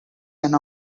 can